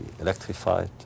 electrified